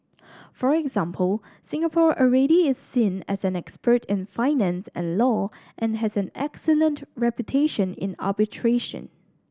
for example Singapore already is seen as an expert in finance and law and has an excellent reputation in arbitration